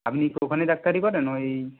আপনি কি ওখানে ডাক্তারি করেন ওই